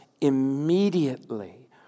immediately